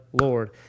Lord